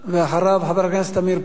ואחריו, חבר הכנסת עמיר פרץ,